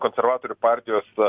konservatorių partijos